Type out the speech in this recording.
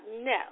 no